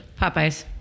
Popeyes